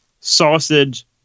sausage